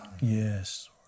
Yes